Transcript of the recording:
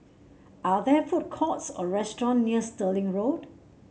are there food courts or restaurant near Stirling Road